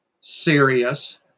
serious